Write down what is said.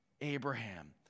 Abraham